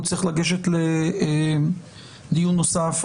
והוא צריך לגשת לדיון נוסף ,